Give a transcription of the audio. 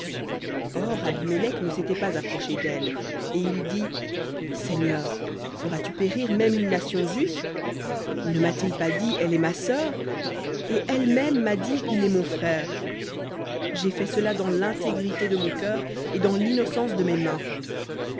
or abimélec ne s'était pas approché d'elle et il dit seigneur feras-tu périr même une nation juste ne m'a-t-il pas dit elle est ma sœur et elle-même m'a dit il est mon frère j'ai fait cela dans l'intégrité de mon cœur et dans l'innocence de mes mains